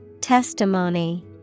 Testimony